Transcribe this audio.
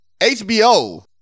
hbo